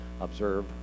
observe